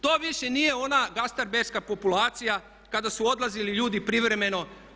To više nije ona gasterbajterska populacija kada su odlazili ljudi privremeno.